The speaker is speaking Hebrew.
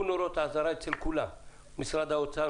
נורות אזהרה אצל כולם משרד האוצר,